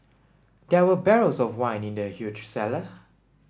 there were barrels of wine in the huge cellar